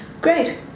great